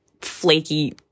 flaky